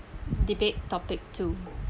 debate topic two